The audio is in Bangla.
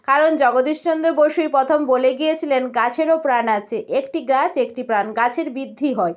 কারণ জগদীশ চন্দ্র বসুই প্রথম বলে গিয়েছিলেন গাছেরও প্রাণ আছে একটি গাছ একটি প্রাণ গাছের বৃদ্ধি হয়